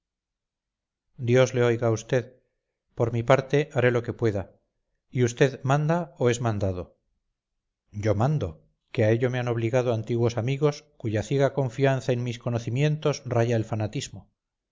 dios le oiga a vd por mi parte haré lo que pueda y vd manda o es mandado yo mando que a ello me han obligado antiguos amigos cuya ciega confianza en mis conocimientos raya en fanatismo